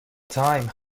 time